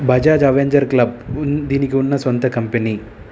Bajaj Avenger club ఉ దీనికి ఉన్న సొంత కంపెనీ